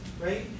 right